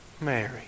Mary